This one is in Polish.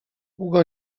długo